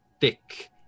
thick